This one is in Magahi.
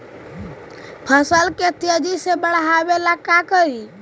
फसल के तेजी से बढ़ाबे ला का करि?